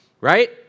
right